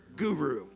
guru